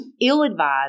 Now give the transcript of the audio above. ill-advised